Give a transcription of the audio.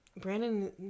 Brandon